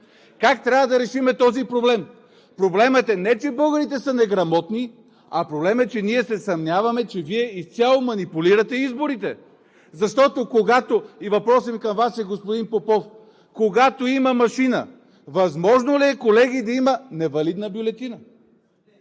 Как трябва да решим този проблем? Проблемът е не, че българите са неграмотни, а проблемът е, че ние се съмняваме, че Вие изцяло манипулирате изборите. Въпросът ми към Вас, господин Попов, е когато има машина, възможно ли е, колеги, да има невалидна бюлетина?